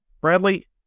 Bradley